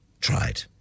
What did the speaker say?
tried